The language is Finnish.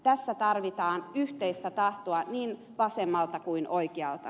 tässä tarvitaan yhteistä tahtoa niin vasemmalta kuin oikealta